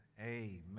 Amen